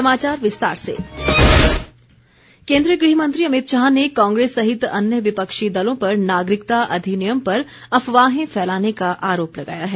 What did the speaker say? समारोह अमित शाह केंद्रीय गृहमंत्री अमित शाह ने कांग्रेस सहित अन्य विपक्षी दलों पर नागरिकता अधिनियम पर अफवाहें फैलाने का आरोप लगाया है